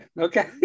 okay